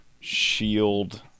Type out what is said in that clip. shield